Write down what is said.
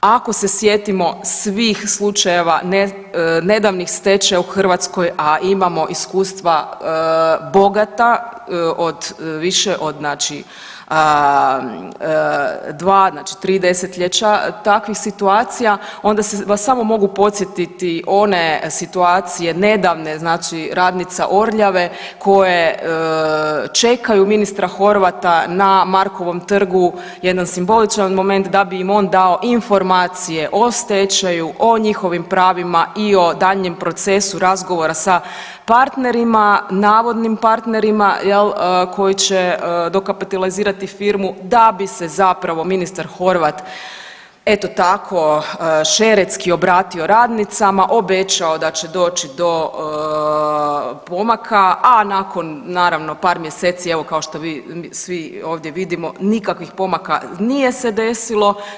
Ako se sjetimo svih slučajeva nedavnih stečaja u Hrvatskoj, a imamo iskustva bogata od više od znači dva, znači tri desetljeća takvih situacija onda vas samo mogu podsjetiti one situacije nedavne, znači radnica Orljave koje čekaju ministra Horvata na Markovom trgu, jedan simboličan moment da bi im on dao informacije o stečaju, o njihovim pravima i o daljnjem procesu razgovora sa partnerima, navodnim partnerima koji će dokapitalizirati firmu da bi se zapravo ministar Horvat eto tako šeretski obratio radnicama, obećao da će doći do pomaka, a nakon naravno par mjeseci evo kao što svi ovdje vidimo nikakvih pomaka nije se desilo.